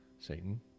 satan